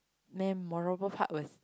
memorable part was